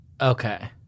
Okay